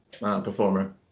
performer